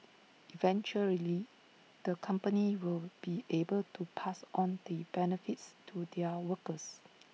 eventually the companies will be able to pass on the benefits to their workers